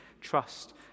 trust